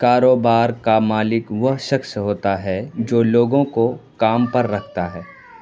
کاروبارکا مالک وہ شخص ہوتا ہے جو لوگوں کو کام پر رکھتا ہے